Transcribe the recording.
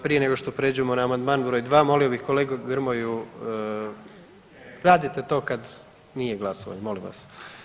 Prije nego što prijeđemo na Amandman broj 2. molio bih kolegu Grmoju, radite to kad nije glasovanje molim vas.